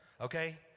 Okay